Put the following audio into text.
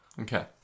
Okay